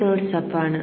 sub ആണ്